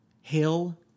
Hill